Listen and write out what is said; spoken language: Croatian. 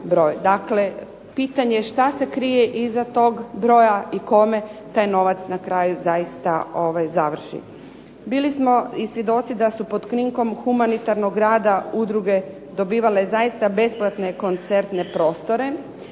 Dakle pitanje je što se krije iza tog broja i kome taj novac na kraju završi. Bili smo i svjedoci da su krinkom humanitarnog rada udruge dobivale zaista besplatne koncertne prostore,